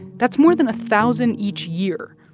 that's more than a thousand each year,